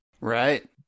Right